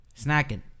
Snacking